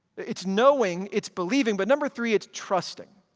it's knowing, it's believing, but number three, it's trusting.